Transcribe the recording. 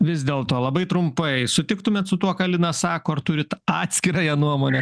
vis dėlto labai trumpai sutiktumėt su tuo ką lina sako ar turit atskirąją nuomonę